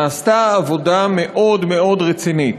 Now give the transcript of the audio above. נעשתה עבודה מאוד רצינית